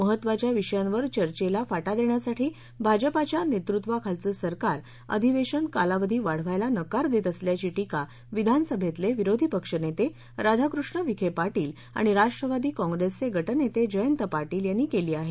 महत्तवाच्या विषयांवर चर्चेला फाटा देण्यासाठी भाजपाच्या नेतृत्वाखालचं सरकार आधिवेशन कालावधी वाढवण्याला नकार देत असल्याची टीका विधानसभेतले विरोधी पक्षनेते राधाकृष्ण विखे पाटील आणि राष्ट्रवादी काँग्रेसचे गटनेते जयंत पाटील यांनी केली आहे